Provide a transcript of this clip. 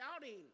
shouting